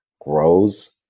grows